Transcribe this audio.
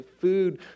Food